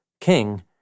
king